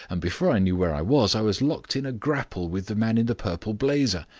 and before i knew where i was i was locked in a grapple with the man in the purple blazer.